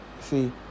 See